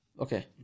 Okay